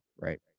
right